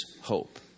hope